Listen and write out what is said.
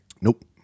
Nope